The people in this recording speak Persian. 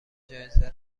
جایزه